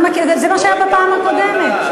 זה מה שהיה בפעם הקודמת.